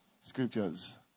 scriptures